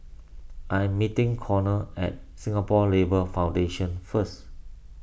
I am meeting Conner at Singapore Labour Foundation first